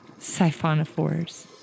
siphonophores